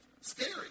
scary